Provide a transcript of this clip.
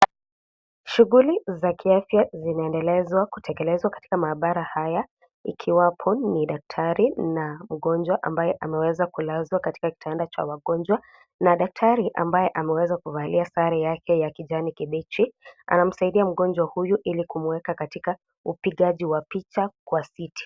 Shughuli za kiafya zinaendelezwa kutekelezwa katika maabara haya ikiwapo ni daktari na mgonjwa ambaye ameweza kulazwa katika kitanda cha wagonjwa na daktari ambaye ameweza kuvalia sare yake ya kijani kibichi anamsaidia mgonjwa huyu ili kumweka katika upigaji wa picha kwa siti.